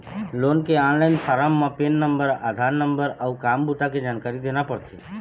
loan के online form म PAN number, Aadhaar number अउ काम बूता के जानकारी देना परथे